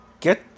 get